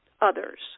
others